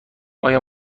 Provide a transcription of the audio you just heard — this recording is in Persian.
آیا